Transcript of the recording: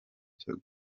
cyo